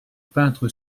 peintre